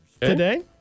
today